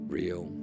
real